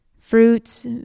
Fruits